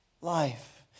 life